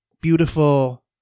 beautiful